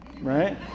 right